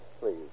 Please